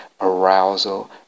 arousal